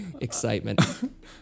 excitement